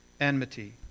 enmity